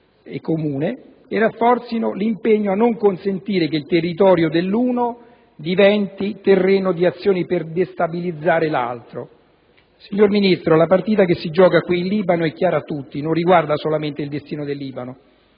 comune e rafforzino l'impegno a non consentire che il territorio dell'uno diventi terreno di azioni per destabilizzare l'altro. Signor Ministro, la partita che si gioca qui in Libano - è chiaro a tutti - non riguarda solamente il destino del Libano